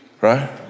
right